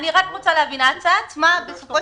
אני רק רוצה להבין: ההצעה עצמה בסופו